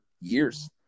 years